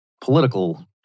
political